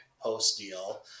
post-deal